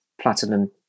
platinum